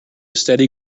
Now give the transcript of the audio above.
steady